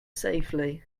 safely